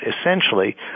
essentially